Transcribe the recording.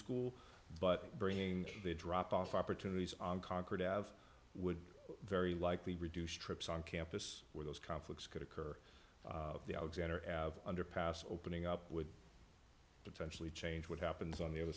school but bringing the drop off opportunities on concord have would very likely reduce trips on campus where those conflicts could occur the alexander av underpass opening up would potentially change what happens on the other